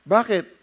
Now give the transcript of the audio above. Bakit